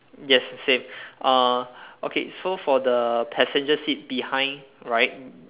yes same uh okay so for the passenger seat behind right